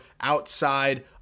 outside